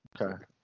okay